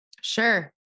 Sure